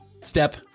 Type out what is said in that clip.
step